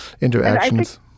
interactions